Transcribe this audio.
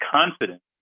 confidence